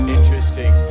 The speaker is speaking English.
Interesting